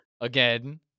again